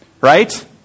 Right